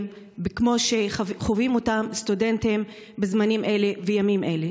כמו שחווים אותם סטודנטים בזמנים אלה ובימים אלה.